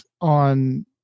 on